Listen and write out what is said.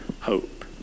hope